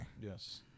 Yes